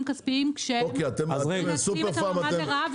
כספיים כשהם מנצלים את המעמד לרעה,